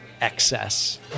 excess